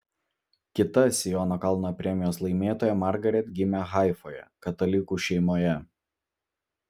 kita siono kalno premijos laimėtoja margaret gimė haifoje katalikų šeimoje